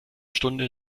stunde